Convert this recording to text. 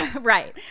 Right